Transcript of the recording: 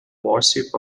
worship